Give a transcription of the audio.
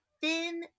thin